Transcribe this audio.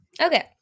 Okay